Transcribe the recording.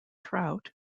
trout